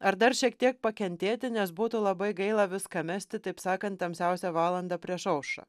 ar dar šiek tiek pakentėti nes būtų labai gaila viską mesti taip sakant tamsiausią valandą prieš aušrą